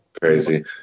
crazy